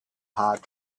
hard